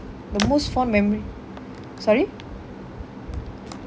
the most fond memory sorry